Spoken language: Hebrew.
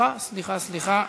השרה דיברה ודיברה, אה, סליחה.